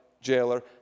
jailer